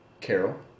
Carol